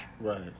Right